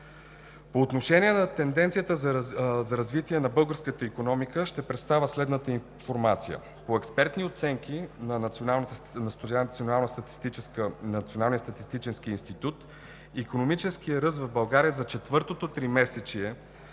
По отношение на тенденцията за развитие на българската икономика ще представя следната информация: По експертни оценки на Националния статистически институт икономическият ръст в България за четвъртото тримесечие